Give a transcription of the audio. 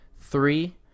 three